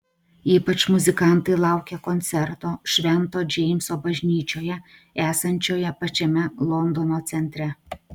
ypač muzikantai laukia koncerto švento džeimso bažnyčioje esančioje pačiame londono centre